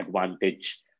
advantage